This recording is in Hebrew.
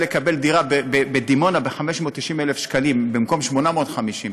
לקבל דירה בדימונה ב-590,000 שקלים במקום 850,000,